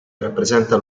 rappresenta